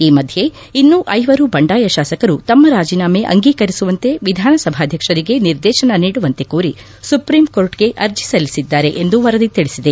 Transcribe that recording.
ಈ ಮಧ್ಯೆ ಇನ್ನೂ ಐವರು ಬಂಡಾಯ ಶಾಸಕರು ತಮ್ಮ ರಾಜೀನಾಮೆ ಅಂಗೀಕರಿಸುವಂತೆ ವಿಧಾನಸಭಾಧ್ಯಕ್ಷರಿಗೆ ನಿರ್ದೇಶನ ನೀಡುವಂತೆ ಕೋರಿ ಸುಪ್ರೀಂ ಕೋರ್ಟ್ಗೆ ಅರ್ಜಿ ಸಲ್ಲಿಸಿದ್ದಾರೆ ಎಂದು ವರದಿ ತಿಳಿಸಿದೆ